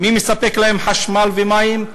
מי מספק להם חשמל ומים?